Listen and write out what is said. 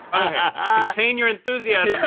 ah contain your enthusiasm, yeah